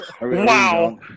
Wow